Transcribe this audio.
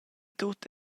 tut